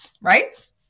right